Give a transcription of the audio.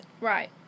right